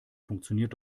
funktioniert